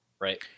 Right